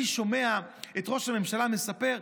אני שומע את ראש הממשלה מספר: